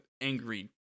angry